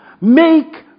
Make